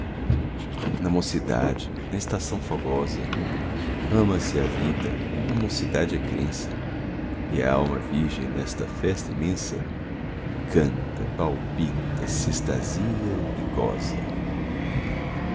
na mocidade na estação fogosa ama se a vida a mocidade é crença e a alma virgem nesta festa imensa canta palpita sextasia e